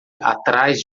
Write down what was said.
atrás